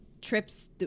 trips